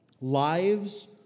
Lives